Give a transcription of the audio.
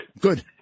Good